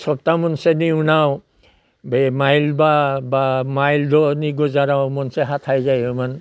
सबथाह मोनसेनि उनाव बै माइल बा माइल दुरनि गोजानाव मोनसे हाथाय जायोमोन